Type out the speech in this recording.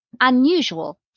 unusual